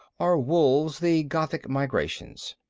or wolves the gothic migrations.